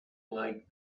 like